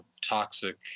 toxic